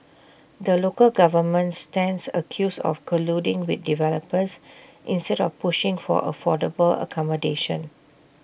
the local government stands accused of colluding with developers instead of pushing for affordable accommodation